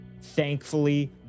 Thankfully